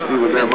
כלכלית".